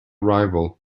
rival